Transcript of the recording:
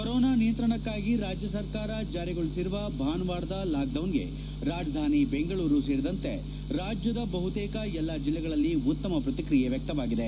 corona ನಿಯಂತ್ರಣಕ್ಕಾಗಿ ರಾಜ್ಯ ಸರ್ಕಾರ ಜಾರಿಗೊಳಿಸಿರುವ ಭಾನುವಾರ ಲಾಕ್ಡೌನ್ಗೆ ರಾಜಧಾನಿ ಬೆಂಗಳೂರು ಸೇರಿದಂತೆ ರಾಜ್ಯದ ಬಹುತೇಕ ಎಲ್ಲಾ ಜಿಲ್ಲೆಗಳಲ್ಲಿ ಉತ್ತಮ ಪ್ರತಿಕ್ರಿಯೆ ವ್ಯಕ್ತವಾಗಿದೆ